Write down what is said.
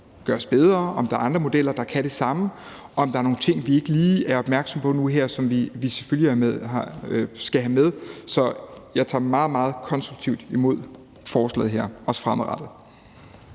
gøres bedre, om der er andre modeller, der kan det samme, og om der er nogle ting, som vi ikke lige er opmærksomme på nu her, og som vi selvfølgelig skal have med. Så jeg tager meget, meget konstruktivt imod forslaget her, også fremadrettet.